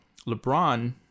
LeBron